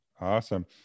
Awesome